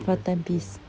for ten piece